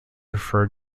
refer